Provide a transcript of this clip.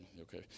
Okay